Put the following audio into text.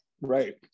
Right